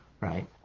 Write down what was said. right